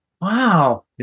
Wow